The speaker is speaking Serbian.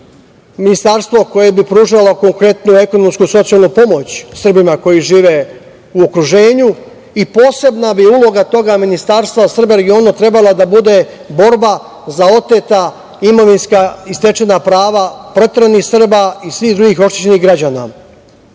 ministarstvo koje bi pružalo konkretnu ekonomsku, socijalnu pomoć Srbima koji žive u okruženju i posebna bi uloga tog ministarstva za Srbe u regionu trebala da bude borba za oteta imovinska i stečena prava proteranih Srba i svih drugih oštećenih građana. Ja